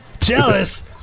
jealous